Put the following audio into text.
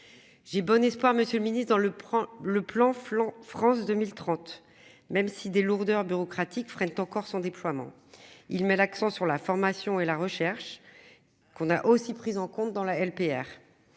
J'ai bon espoir Monsieur le Ministre, dans le prend le plan flanc France 2030 même si des lourdeurs bureaucratiques freinent encore son déploiement. Il met l'accent sur la formation et la recherche. Qu'on a aussi pris en compte dans la LPR.